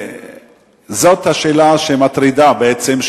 זאת השאלה שמטרידה בעצם,